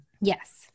Yes